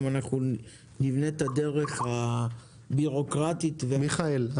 אנחנו גם נבנה את הדרך הביורוקרטית --- מיכאל,